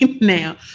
now